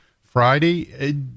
Friday